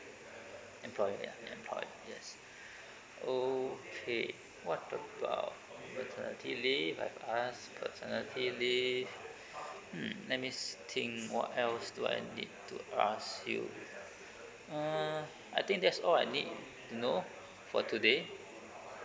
employer yeah employer yes okay what about maternity leave I have asked paternity leave mm let me think what else do I need to ask you uh I think that's all I need to know for today